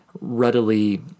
readily